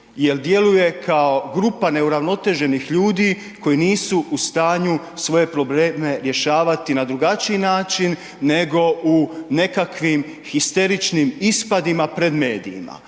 jer djeluje kao grupa neuravnoteženih ljudi koji nisu u stanju svoje probleme rješavati na drugačiji način nego u nekakvih histeričnim ispadima pred medijima.